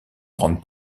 grande